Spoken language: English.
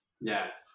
Yes